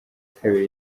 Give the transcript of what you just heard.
kabiri